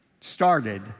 started